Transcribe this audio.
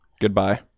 goodbye